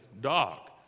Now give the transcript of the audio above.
dog